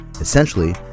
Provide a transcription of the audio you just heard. essentially